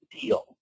deal